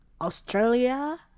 australia